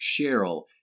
Cheryl